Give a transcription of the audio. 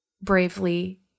bravely